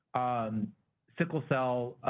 um sickle cell,